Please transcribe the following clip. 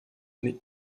eine